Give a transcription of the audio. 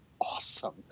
awesome